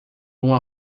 uma